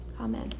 Amen